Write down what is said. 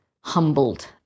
humbled